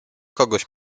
kogoś